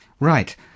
Right